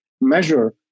measure